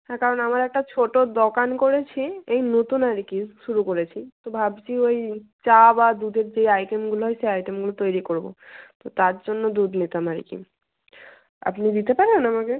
হ্যাঁ কারণ আমার একটা ছোটো দোকান করেছি এই নতুন আর কি শুরু করেছি তো ভাবছি ওই চা বা দুধের যেই আইটেমগুলো হয় সেই আইটেমগুলো তৈরি করব তো তার জন্য দুধ নিতাম আর কি আপনি দিতে পারবেন আমাকে